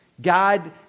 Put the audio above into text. God